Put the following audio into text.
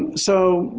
and so,